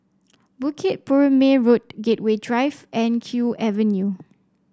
Bukit Purmei Road Gateway Drive and Kew Avenue